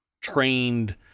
trained